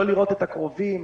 לא לראות את הקרובים,